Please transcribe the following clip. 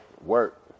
work